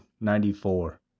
Ninety-four